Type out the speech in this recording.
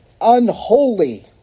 unholy